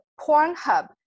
Pornhub